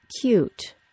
cute